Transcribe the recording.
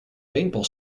paintball